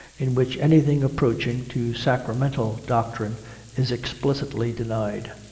in which anything approaching to sacramental doctrine is explicitly denied.